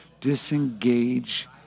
disengage